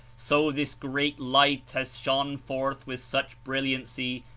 so this great light has shone forth with such brilliancy,